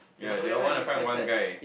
ya they all want to find one guy